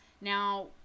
Now